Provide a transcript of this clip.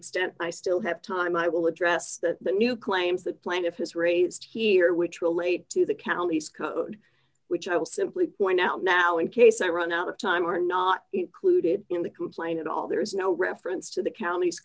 extent i still have time i will address the new claims that plaintiff has raised here which relate to the counties code which i will simply point out now in case i run out of time are not included in the complaint at all there is no reference to the count